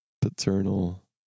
paternal